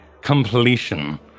completion